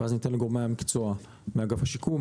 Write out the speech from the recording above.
ואז ניתן לגורמי המקצוע מאגף השיקום,